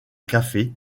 café